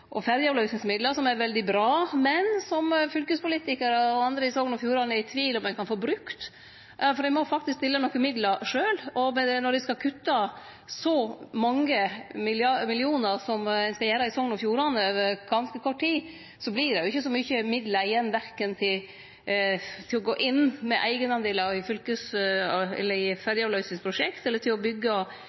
og ferjeavløysingsmidlar – som er veldig bra, men som fylkespolitikarar og andre i Sogn og Fjordane er i tvil om ein kan få brukt, for dei må faktisk stille nokre midlar sjølve. Og når ein skal kutte så mange millionar som ein skal gjere i Sogn og Fjordane, over ganske kort tid, vert det jo ikkje så mykje midlar igjen, verken til å gå inn med eigendelar i ferjeavløysingsprosjekt eller til å